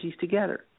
together